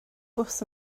bws